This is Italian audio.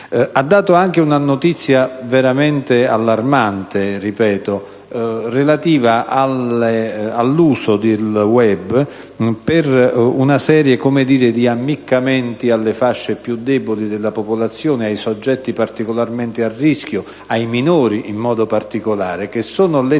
Ha dato anche una notizia veramente allarmante - ripeto - relativa all'uso del *web* per una serie di ammiccamenti alle fasce più deboli della popolazione, ai soggetti particolarmente a rischio, ai minori, in modo particolare, che sono letteralmente